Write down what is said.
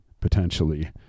potentially